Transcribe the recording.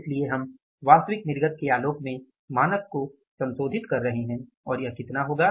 इसलिए हम वास्तविक निर्गत के आलोक में मानक को संशोधित कर रहे हैं और यह कितना होगा